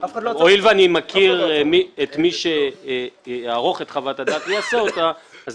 הואיל ואני מכיר את מי שיערוך את חוות הדעת ויעשה אותה אני